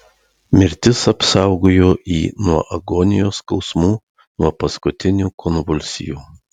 mirtis apsaugojo jį nuo agonijos skausmų nuo paskutinių konvulsijų